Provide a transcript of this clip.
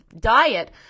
diet